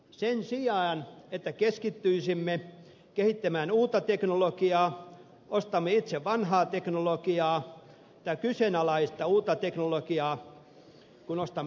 sen sijaan että keskittyisimme kehittämään uutta teknologiaa ostamme itse vanhaa teknologiaa tai kyseenalaista uutta teknologiaa kun ostamme ydinvoimaa